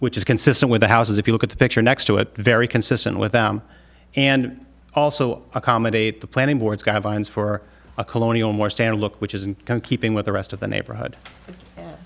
which is consistent with the houses if you look at the picture next to it very consistent with them and also accommodate the planning boards guidelines for a colonial more stand look which isn't keeping with the rest of the neighborhood